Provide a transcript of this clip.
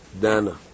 Dana